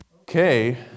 Okay